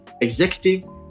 executive